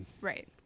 Right